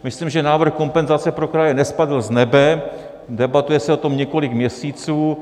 Myslím, že návrh kompenzace pro kraje nespadl z nebe, debatuje se o tom několik měsíců.